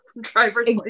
drivers